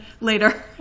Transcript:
later